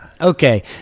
okay